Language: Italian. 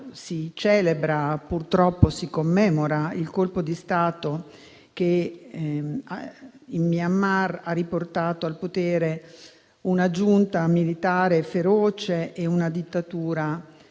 si celebrava e purtroppo si commemorava il colpo di stato che in Myanmar ha riportato al potere una giunta militare feroce e una dittatura